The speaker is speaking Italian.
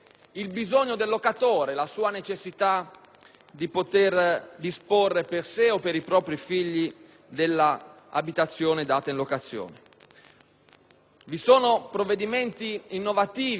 di poter disporre per sé o per i propri figli della abitazione data in locazione. Vi sono provvedimenti innovativi che consentono a chi